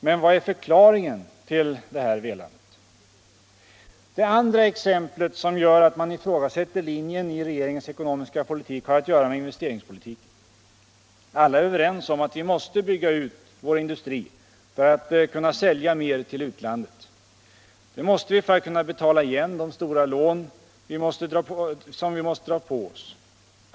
Men vad är förklaringen till detta velande? Det andra exemplet som gör att man ifrågasätter linjen i regeringens ekonomiska politik har att göra med investeringspolitiken. Alla är överens om att vi måste bygga ut vår industri för att kunna sälja mer till utlandet. Det måste vi för att kunna betala igen de stora lån vi måst dra på oss.